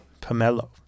Pomelo